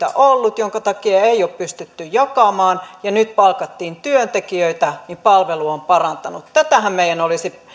on työntekijöitä ollut jonka takia ei ole pystytty jakamaan ja nyt kun palkattiin työntekijöitä niin palvelu on parantunut tätähän meidän olisi